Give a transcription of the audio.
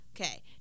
okay